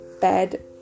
bed